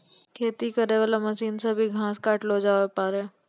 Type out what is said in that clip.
खेती करै वाला मशीन से भी घास काटलो जावै पाड़ै